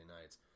nights